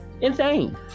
insane